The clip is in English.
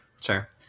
sure